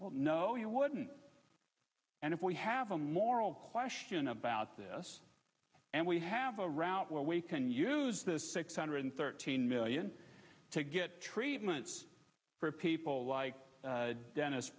well no you wouldn't and if we have a moral question about this and we have a route where we can use this six hundred thirteen million to get treatments for people like dennis